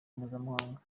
mpuzamahanga